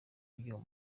ry’uwo